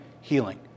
healing